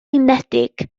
unedig